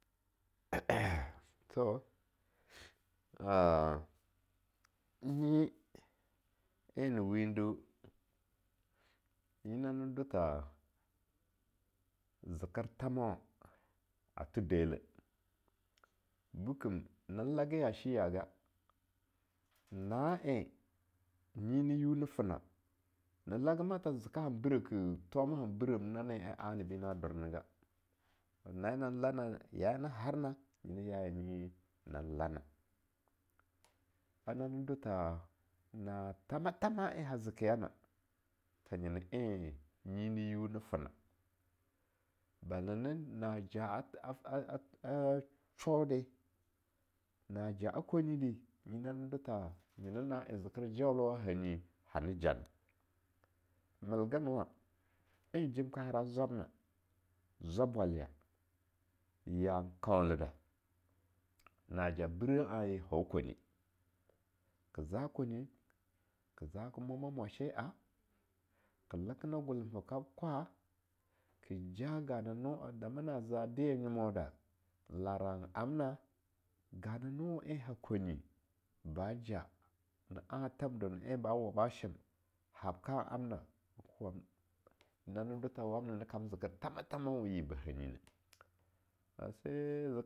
to nyi en ni windu, nyi na ne do tha zeker thamawa atho deleh, bekem nan lage yashiyaga, na'een nyi ni yiu ni fena, ne lagama tha zeka han brah keh, thoma han brehm nani en anabi na dor nega, na en nang lana, ya en na harna nyina ya en nyi na lana anani do tha na thama tham en ha zekeyana, tha nyina en nyi niyiu ni fena, bala na naja a shou de, najaa kwanyi di, nyi nane do tha nyina na en zeker jaulowa hanyi hana ja na. Melgenwan, en im ka hara zwabna zwabwalya, yan kaunleda, naja brah anye hau kwanye, ka za kwanye, kaza kamwama mwashea, ke lekena golomha kab kwa, ka ja gananoa, a damana za da yanyomoda, laran amna, ganano en ha kwanye, baja, na anthemda ne en ba waba shem, habkan amna nake wab, nani do tha wamna nyina kam zeker thama thaman we yibba hanyi eh, a se zek.